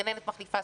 גננת מחליפה,